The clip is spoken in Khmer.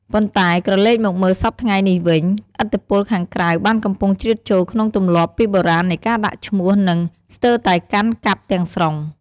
ប៉ុន្តែ ក្រឡេកមកមើលសព្វថ្ងៃនេះវិញ ឥទ្ធិពលខាងក្រៅបានកំពុងជ្រៀតចូលក្នុងទម្លាប់ពីបុរាណនៃការដាក់ឈ្មោះ និងស្ទើរតែកាន់កាប់ទាំងស្រុង។